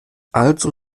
also